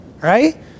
right